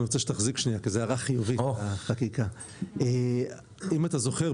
אני רוצה שתחזיק שנייה כי זו הערה חיובית: אם אתה זוכר,